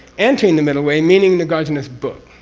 entering the middle way, meaning nagarjuna's book.